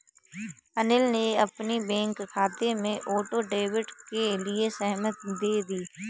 अनिल ने अपने बैंक खाते में ऑटो डेबिट के लिए सहमति दे दी